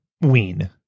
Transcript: Ween